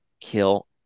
kill